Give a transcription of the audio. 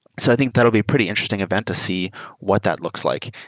so i think that'll be a pretty interesting event to see what that looks like.